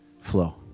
flow